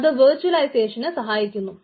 അത് വെർച്വലൈസേഷന് സഹായിക്കുന്നു